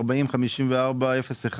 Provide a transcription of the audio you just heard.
סעיף 40-54-01,